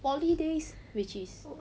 poly days which is